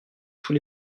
tous